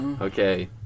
Okay